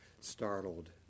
startled